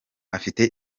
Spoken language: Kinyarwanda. afite